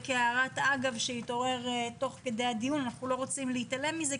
זה כהערת אגב שהתעורר תוך הדיון אנחנו לא רוצים להתעלם מזה,